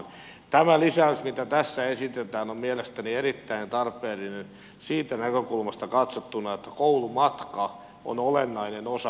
tämä lisäys mitä tässä esitetään on mielestäni erittäin tarpeellinen siitä näkökulmasta katsottuna että koulumatka on olennainen osa koulupäivää